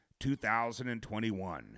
2021